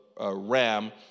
Ram